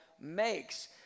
makes